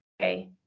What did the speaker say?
okay